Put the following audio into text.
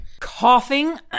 coughing